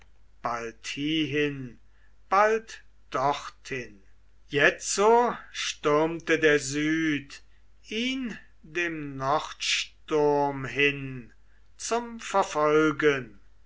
bald hiehin bald dorthin jetzo stürmte der süd ihn dem nordsturm hin zum verfolgen